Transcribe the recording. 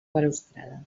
balustrada